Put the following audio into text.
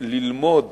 ללמוד